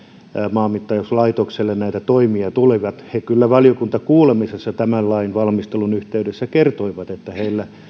maanmittauslaitokselle näitä toimia tulee he kyllä valiokuntakuulemisessa tämän lain valmistelun yhteydessä kertoivat että heillä